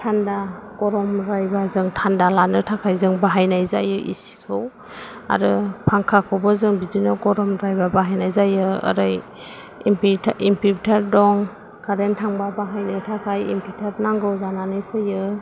थान्दा गरम जायोबा जों थान्दा लानो थाखाय जों बाहायनाय जायो एसिखौ आरो फांखाखौबो जों बिदिनो गरमद्रायबा बाहायनाय जायो ओरै इनभे इनभार्टार दं कारेन्ट थांबा बाहायनो थाखाय इनभार्टार नांगौ जानानै फैयो